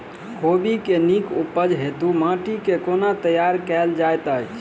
कोबी केँ नीक उपज हेतु माटि केँ कोना तैयार कएल जाइत अछि?